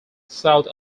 south